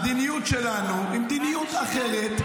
המדיניות שלנו היא מדיניות אחרת,